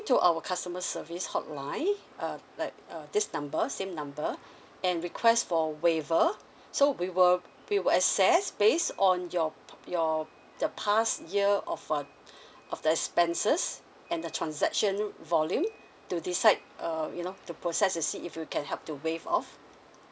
to our customer service hotline uh like uh this number same number and request for waiver so we will we will assess base on your your the past year of uh of the expenses and the transaction volume to decide err you know to process to see if you can help to waive off